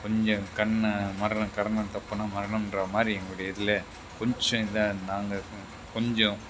கொஞ்சம் கண்ணை மரணம் கரணம் தப்புனால் மரணம்கிற மாதிரி என்னுடைய இதில் கொஞ்சம் இதாக நாங்கள் கொஞ்சம்